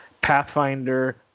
pathfinder